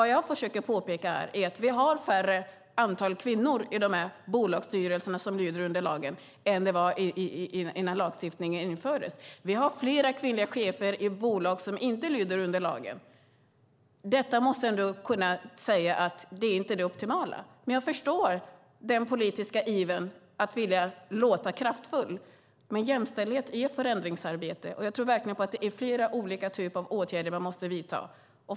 Det finns färre kvinnor i bolagsstyrelser som lyder under lagen än innan lagstiftningen infördes. Det finns fler kvinnliga chefer i bolag som inte lyder under lagen. Vi måste ändå kunna säga att det inte är optimalt. Jag förstår den politiska ivern att vilja låta kraftfull, men jämställdhet innebär förändringsarbete. Jag tror verkligen att det behövs flera olika typer av åtgärder.